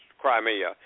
Crimea